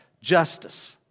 justice